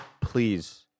please